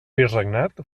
virregnat